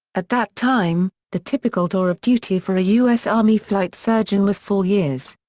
at that time, the typical tour of duty for a u s. army flight surgeon was four years.